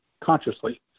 consciously